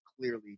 clearly